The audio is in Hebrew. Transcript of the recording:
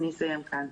אסיים כאן.